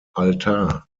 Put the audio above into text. altar